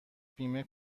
بیمه